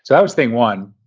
that was thing one.